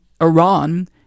Iran